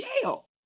jail